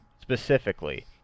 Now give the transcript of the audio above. specifically